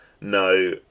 No